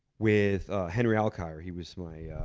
with henry alkire. he was my. ah